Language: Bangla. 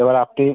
এবার আপনি